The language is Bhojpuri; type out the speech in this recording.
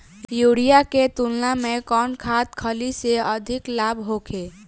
यूरिया के तुलना में कौन खाध खल्ली से अधिक लाभ होखे?